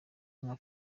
nka